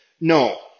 no